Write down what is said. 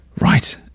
Right